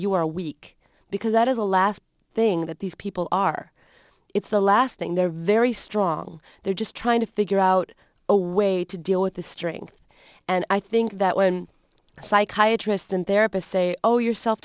you are weak because that is the last thing that these people are it's the last thing they're very strong they're just trying to figure out a way to deal with the strength and i think that when psychiatry distant they're up a say oh you're self